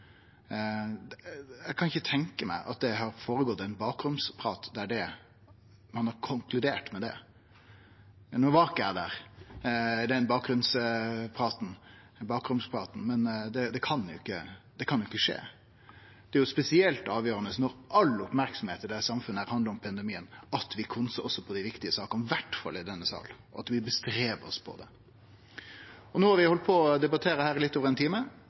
Eg kan ikkje tenkje meg at det har gått føre seg ein bakromsprat der ein har konkludert med det. No var ikkje eg der, i den bakromspraten, men det kan jo ikkje skje. Når all merksemd i samfunnet er retta mot pandemien, er det spesielt avgjerande at vi konsentrerer oss om dei viktige sakene, i alle fall i denne salen, og at vi anstrenger oss for å gjere det. No har vi debattert i litt over ein time.